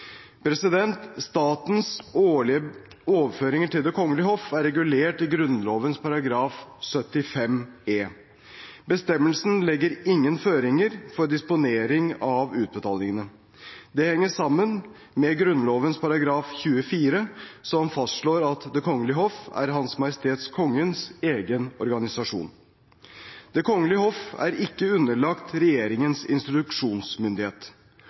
Statens årlige overføringer til Det kongelige hoff er regulert i Grunnloven § 75 e. Bestemmelsen legger ingen føringer for disponering av utbetalingene. Det henger sammen med Grunnloven § 24, som fastslår at Det kongelige hoff er H.M. Kongens egen organisasjon. Det kongelige hoff er ikke underlagt regjeringens instruksjonsmyndighet.